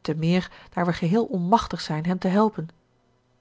te meer daar we geheel onmachtig zijn hem te helpen